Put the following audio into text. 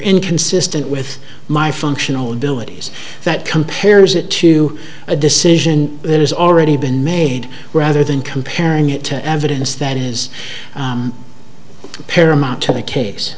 inconsistent with my functional abilities that compares it to a decision that has already been made rather than comparing it to evidence that is paramount